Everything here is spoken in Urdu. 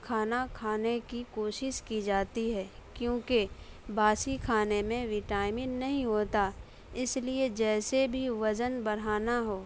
کھانا کھانے کی کوشش کی جاتی ہے کیونکہ باسی کھانے میں وٹامن نہیں ہوتا اس لیے جیسے بھی وزن بڑھانا ہو